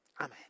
Amen